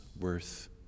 worth